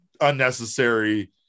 unnecessary